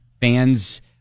Fans